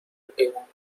بپیوندم